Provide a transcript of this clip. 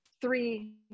three